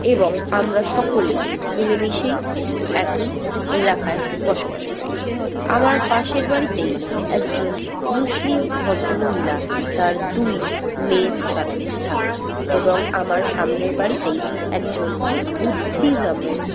এবং আমরা সকলেই মিলেমিশেই একই এলাকায় বসবাস করি আমার পাশের বাড়িতেই একজন মুসলিম ভদ্রমহিলা তার দুই মেয়ের সাথে থাকেন এবং আমার সামনের বাড়িতেই একজন বুদ্ধিজমের